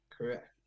Correct